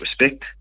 respect